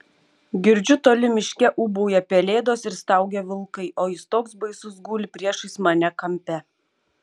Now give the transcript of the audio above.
girdžiu toli miške ūbauja pelėdos ir staugia vilkai o jis toks baisus guli priešais mane kampe